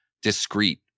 discrete